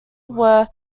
were